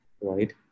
right